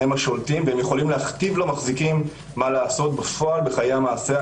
הם השולטים ויכולים להכתיב למחזיקים מה לעשות בפועל בחיי המעשה.